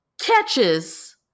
catches